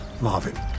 Marvin